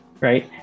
right